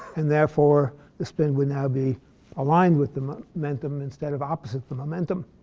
and therefore the spin would now be aligned with the momentum instead of opposite the momentum.